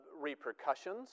repercussions